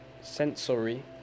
sensory